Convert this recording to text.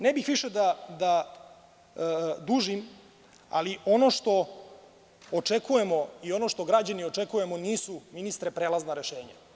Ne bih više da dužim, ali ono što očekujemo i ono što građani očekujemo nisu, ministre, prelazna rešenja.